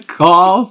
call